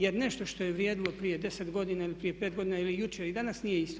Jer nešto što je vrijedilo prije 10 godina ili prije 5 godina, ili jučer i danas nije isto.